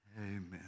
amen